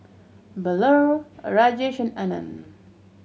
Bellur Rajesh Anand